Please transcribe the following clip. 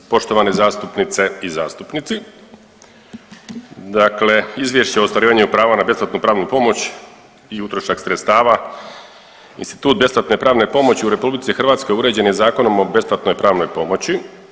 Poštovane zastupnice i zastupnici, dakle Izvješće o ostvarivanju prava na besplatnu pravnu pomoć i utrošak sredstava, institut besplatne pravne pomoći u RH uređen je Zakonom o besplatnoj pravnoj pomoći.